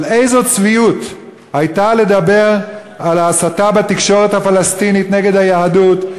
אבל איזו צביעות הייתה לדבר על ההסתה בתקשורת הפלסטינית נגד היהדות.